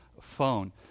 phone